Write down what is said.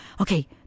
Okay